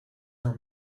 her